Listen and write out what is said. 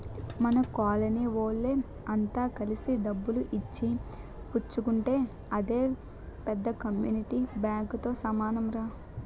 మన కోలనీ వోళ్ళె అంత కలిసి డబ్బులు ఇచ్చి పుచ్చుకుంటే అదే పెద్ద కమ్యూనిటీ బాంకుతో సమానంరా